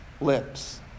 lips